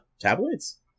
tabloids